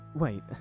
wait